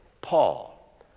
Paul